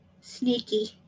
Sneaky